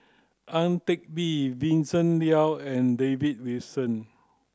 Ang Teck Bee Vincent Leow and David Wilson